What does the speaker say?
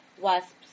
wasps